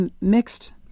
mixed